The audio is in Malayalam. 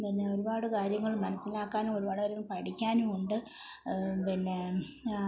പിന്നെ ഒരുപാട് കാര്യങ്ങള് മനസിലാക്കാനും ഒരുപാട് കാര്യങ്ങൾ പഠിക്കാനും ഉണ്ട് പിന്നേ